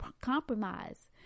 compromise